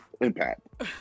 impact